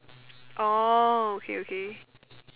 orh okay okay